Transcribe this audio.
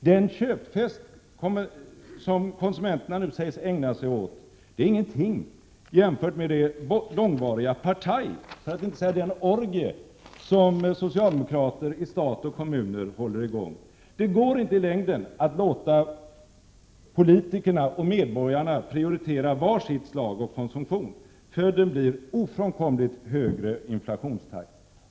Den köpfest som konsumenterna nu sägs ägna sig åt är ingenting jämfört med det långvariga partaj för att inte säga den orgie som socialdemokrater i stat och kommun håller i gång. Det går inte i längden att låta politikerna och medborgarna prioritera var sitt slag av konsumtion. Följden blir ofrånkomligt högre inflationstakt.